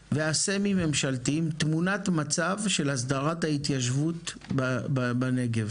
והסמי-ממשלתיים תמונת מצב של הסדרת ההתיישבות בנגב.